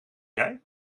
jij